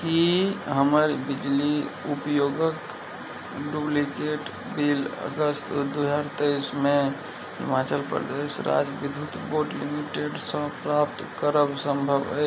की हमर बिजली उपयोगक डुप्लीकेट बिल अगस्त दू हजार तेइसमे हिमाचल प्रदेश राजविधुत बोर्ड लिमिटेडसँ प्राप्त करब सम्भव अइ